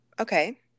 Okay